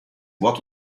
what